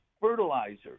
fertilizer